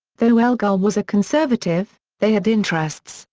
though elgar was a conservative, they had interests,